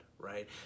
right